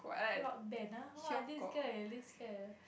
rock band ah !wow! this girl this girl